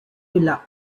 villa